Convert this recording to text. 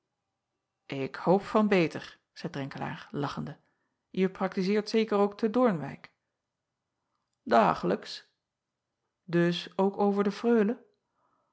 k hoop van beter zeî renkelaer lachende je praktizeert zeker ook te oornwijck agelijks us ook over de reule